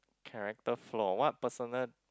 character flaw what personal